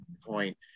point